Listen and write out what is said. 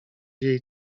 jej